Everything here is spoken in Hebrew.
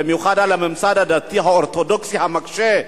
במיוחד על הממסד הדתי האורתודוקסי המקשה,